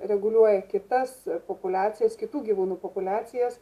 reguliuoja kitas populiacijas kitų gyvūnų populiacijas